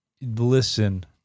Listen